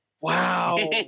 Wow